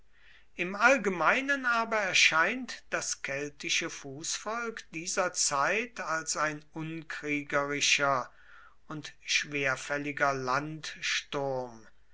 im allgemeinen aber erscheint das keltische fußvolk dieser zeit als ein unkriegerischer und schwerfälliger landsturm